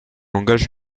langage